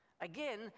Again